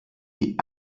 die